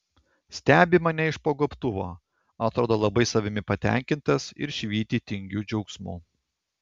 stebi mane iš po gobtuvo atrodo labai savimi patenkintas ir švyti tingiu džiaugsmu